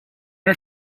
her